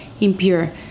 impure